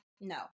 no